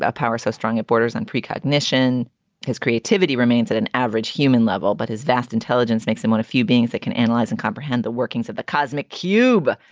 power, so strong at borders and precognition. his creativity remains at an average human level. but his vast intelligence makes him one of few beings that can analyze and comprehend the workings of the cosmic cube,